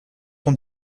son